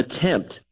attempt